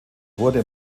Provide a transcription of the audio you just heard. wurde